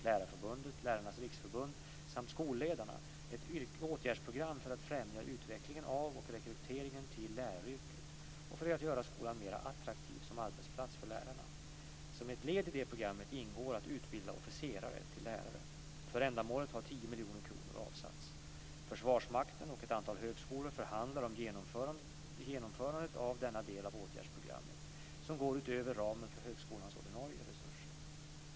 Lärarnas Riksförbund samt Skolledarna ett åtgärdsprogram för att främja utvecklingen av och rekryteringen till läraryrket och för att göra skolan mer attraktiv som arbetsplats för lärarna. Som ett led i detta program ingår att utbilda officerare till lärare. För ändamålet har 10 miljoner kronor avsatts. Försvarsmakten och ett antal högskolor förhandlar om genomförandet av denna del av åtgärdsprogrammet, som går utöver ramen för högskolans ordinarie resurser.